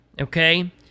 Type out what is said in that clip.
okay